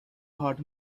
hot